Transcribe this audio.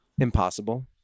Impossible